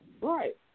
Right